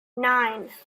nine